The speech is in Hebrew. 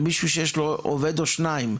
למישהו שיש לו עובד או שניים.